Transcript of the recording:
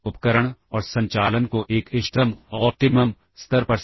अब उस लोकेशन का कंटेंट कॉपी होकर D रजिस्टर पर जाएगा